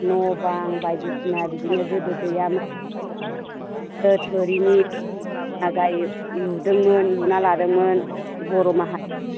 न' बां बायदिसिना बिदिनो गोदो गैयामोन थुरिनि जाजायो लुदोंमोन लुना लादोंमोन बर' माहारिया